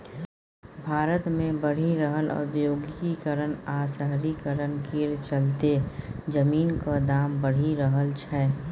भारत मे बढ़ि रहल औद्योगीकरण आ शहरीकरण केर चलते जमीनक दाम बढ़ि रहल छै